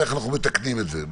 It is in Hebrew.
ואיך אנחנו מתקנים את זה,